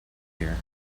here